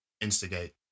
instigate